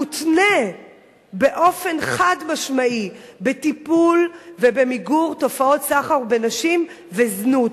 מותנה באופן חד-משמעי בטיפול ובמיגור תופעות סחר בנשים וזנות.